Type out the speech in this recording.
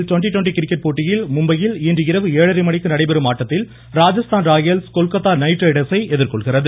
twenty twenty cricket போட்டியில் மும்பையில் இன்றிரவு ஏழரை மணிக்கு நடைபெறும் ஆட்டத்தில் ராஜஸ்தான் ராயல்ஸ் கொல்கத்தா நைட்ரைடர்ஸை எதிர்கொள்கிறது